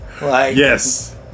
Yes